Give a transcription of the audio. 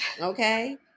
okay